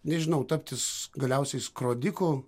nežinau taptis galiausiai skrodiku